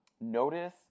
notice